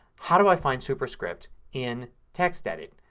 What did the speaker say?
how do i find superscript in textedit?